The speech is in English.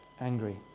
angry